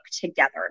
Together